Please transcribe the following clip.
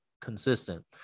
consistent